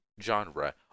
genre